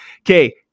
okay